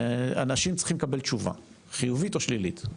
אנשים צריכים לקבל תשובה, חיובית או שלילית.